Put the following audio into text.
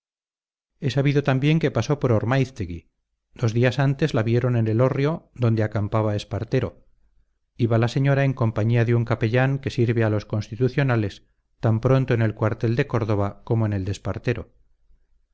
he sabido también que pasó por ormáiztegui dos días antes la vieron en elorrio donde acampaba espartero iba la señora en compañía de un capellán que sirve a los constitucionales tan pronto en el cuartel de córdoba como en el